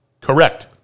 Correct